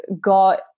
got